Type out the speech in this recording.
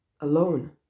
alone